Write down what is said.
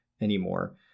anymore